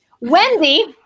wendy